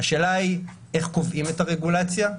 השאלה היא איך קובעים את הרגולציה,